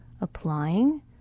applying